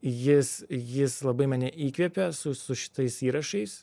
jis jis labai mane įkvepė su su šitais įrašais